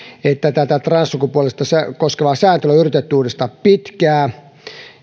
transsukupuolisia koskevaa sääntelyä on yritetty uudistaa pitkään